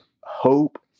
hope